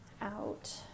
out